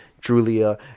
Julia